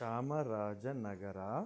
Chamarajanagar